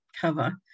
cover